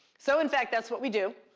so in fact, that's what we do.